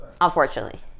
Unfortunately